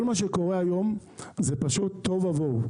כל מה שקורה היום זה פשוט תוהו ובוהו,